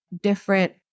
different